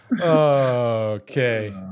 okay